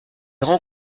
rend